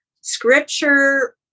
scripture